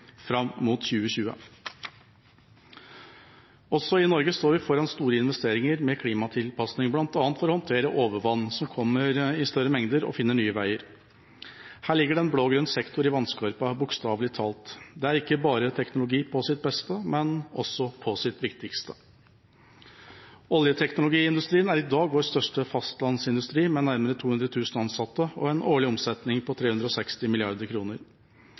mot 2020. Også i Norge står vi foran store investeringer med klimatilpasning, bl.a. for å håndtere overvann som kommer i større mengder og finner nye veier. Her ligger det en blågrønn sektor i vannskorpa, bokstavelig talt. Det er ikke bare teknologi på sitt beste, men også på sitt viktigste. Oljeteknologiindustrien er i dag vår største fastlandsindustri med nærmere 200 000 ansatte og en årlig omsetning på 360